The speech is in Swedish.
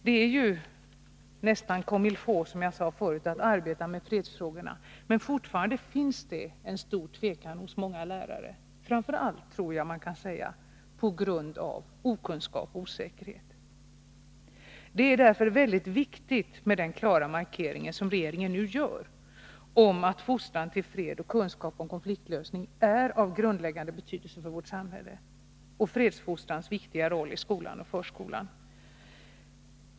Det är nästan comme il faut, som jag sade förut, att arbeta med fredsfrågorna. Men fortfarande finns det en stor tvekan hos många lärare. Framför allt, tror jag man kan säga, på grund av okunnighet och osäkerhet. Det är därför mycket viktigt med den klara markering som regeringen nu gör om att fostran till fred och kunskap om konfliktlösning är av grundläggande betydelse för vårt samhälle och om att fredsfostran har en viktig roll i skolan och förskolan.